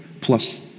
plus